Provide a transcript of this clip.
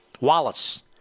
Wallace